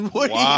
Wow